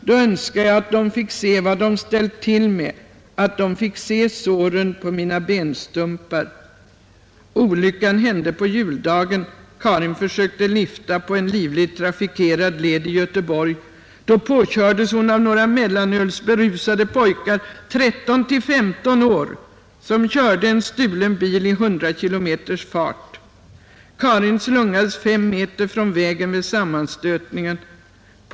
Då önskar jag att de fick se vad de ställt till med — att de fick se såren på mina benstumpar.” Olyckan hände på juldagen. Karin försökte lifta på en livligt trafikerad väg i Göteborg. Hon påkördes då av några mellanölsberusade pojkar, 13—15 år gamla, som körde en stulen bil i 100 km fart. Hon slungades fem meter från vägen vid sammanstötningen.